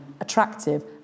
attractive